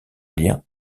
lien